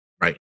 Right